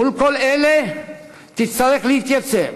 מול כל אלה תצטרך להתייצב